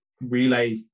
Relay